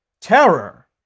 terror